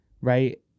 right